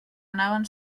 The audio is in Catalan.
anaven